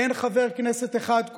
אין חבר כנסת אחד,